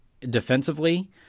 defensively